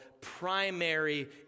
primary